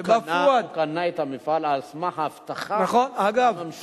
הוא קנה את המפעל על סמך ההבטחה של הממשלה.